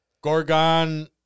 Gorgon